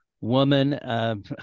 woman